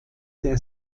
der